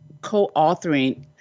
co-authoring